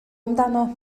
amdano